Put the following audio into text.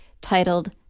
titled